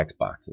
Xboxes